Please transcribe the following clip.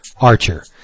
Archer